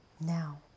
now